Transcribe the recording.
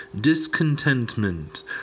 discontentment